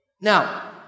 Now